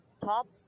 tops